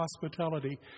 hospitality